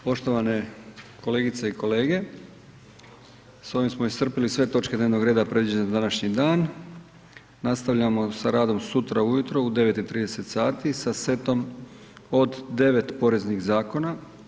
Poštovane kolegice i kolege, s ovim smo iscrpili sve točke dnevnog reda predviđene za današnji dan, nastavljamo sa radom sutra ujutro u 9 i 30 sati sa setom od 9 poreznih zakona.